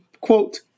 quote